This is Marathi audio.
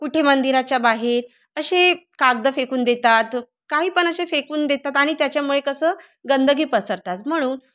कुठे मंदिराच्या बाहेर असे कागदं फेकून देतात काही पण असे फेकून देतात आणि त्याच्यामुळे कसं गंदगी पसरतात म्हणून